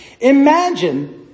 imagine